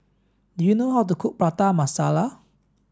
do you know how to cook Prata Masala